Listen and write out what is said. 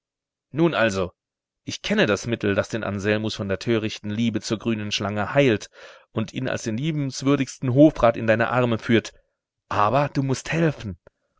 nun also ich kenne das mittel das den anselmus von der törichten liebe zur grünen schlange heilt und ihn als den liebenswürdigsten hofrat in deine arme führt aber du mußt helfen